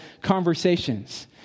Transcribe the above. conversations